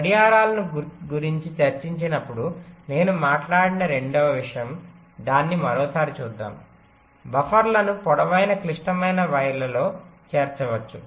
గడియారాలను గురించి చర్చిస్తున్నప్పుడు నేను మాట్లాడిన రెండవ విషయం దాన్ని మరోసారి చూద్దాం బఫర్లను పొడవైన క్లిష్టమైన వైర్లలో చేర్చవచ్చు